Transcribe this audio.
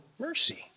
mercy